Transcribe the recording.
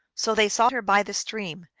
so they sought her by the stream,